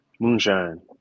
Moonshine